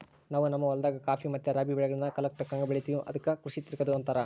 ನಾವು ನಮ್ಮ ಹೊಲದಾಗ ಖಾಫಿ ಮತ್ತೆ ರಾಬಿ ಬೆಳೆಗಳ್ನ ಕಾಲಕ್ಕತಕ್ಕಂಗ ಬೆಳಿತಿವಿ ಅದಕ್ಕ ಕೃಷಿ ತಿರಗದು ಅಂತಾರ